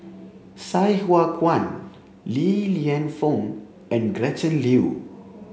Sai Hua Kuan Li Lienfung and Gretchen Liu